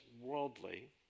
worldly